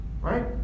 right